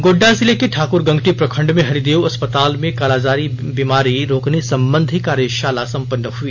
गोड्रा जिले के ठाकरगंगटी प्रखंड में हरिदेव अस्पताल में कालाजार बीमारी रोकने संबंधी कार्यशाला संपन्न हुई